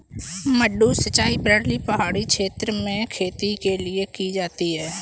मडडू सिंचाई प्रणाली पहाड़ी क्षेत्र में खेती के लिए की जाती है